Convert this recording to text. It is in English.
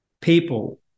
people